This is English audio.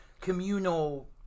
communal